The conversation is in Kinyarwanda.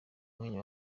mwanya